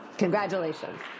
Congratulations